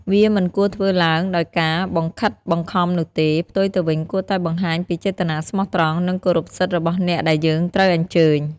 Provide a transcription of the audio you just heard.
វាមិនគួរធ្វើឡើងដោយការបង្ខិតបង្ខំនោះទេ ផ្ទុយទៅវិញគួរតែបង្ហាញពីចេតនាស្មោះត្រង់ និងគោរពសិទ្ធិរបស់អ្នកដែលយើងត្រូវអញ្ជើញ។